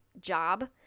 job